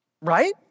right